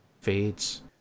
fades